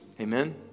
Amen